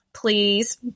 please